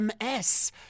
MS